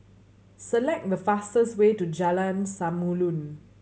select the fastest way to Jalan Samulun